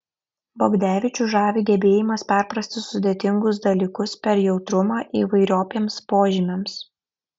bogdevičių žavi gebėjimas perprasti sudėtingus dalykus per jautrumą įvairiopiems požymiams